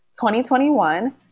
2021